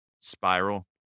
spiral